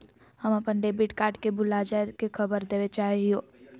हम अप्पन debit card के भुला जाये के खबर देवे चाहे हियो